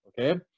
okay